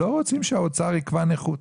לא רוצים שהאוצר ייקבע נכות.